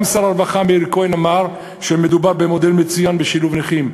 גם שר הרווחה מאיר כהן אמר שמדובר במודל מצוין לשילוב נכים,